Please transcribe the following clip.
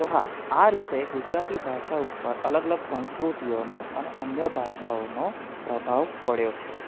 તો હા આ રીતે ગુજરાતી ભાષા ઉપર અલગ અલગ સંસ્કૃતિઓનો અને અન્ય ભાષાઓનો પ્રભાવ પડ્યો છે